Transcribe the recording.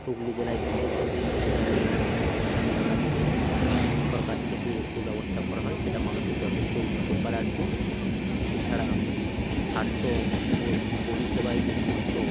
হুগলি জেলায় বিশেষ সুযোগ সুবিধা নেই তো সেগুলা যদি সরকার থেকে সেই ব্যবস্থা করা হয় সেটা মানুষের যথেষ্টই উপকার আসবে এছাড়া স্বাস্থ্য পরিষেবায় যে সমস্ত